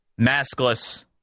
maskless